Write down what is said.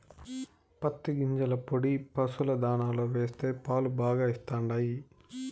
పత్తి గింజల పొడి పశుల దాణాలో వేస్తే పాలు బాగా ఇస్తండాయి